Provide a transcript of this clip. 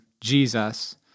Jesus